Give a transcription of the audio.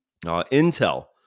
Intel